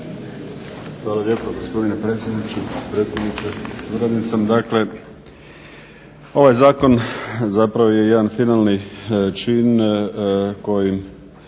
Hvala lijepa gospodine predsjedniče, predstavniče sa suradnicom. Dakle, ovaj zakon zapravo je jedan … /Govornik